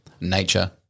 nature